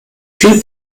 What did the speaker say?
viel